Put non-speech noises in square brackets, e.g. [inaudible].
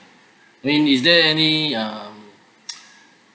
then is there any um [noise]